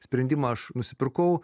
sprendimą aš nusipirkau